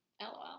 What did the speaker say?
LOL